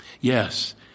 Yes